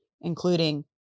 including